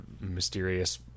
mysterious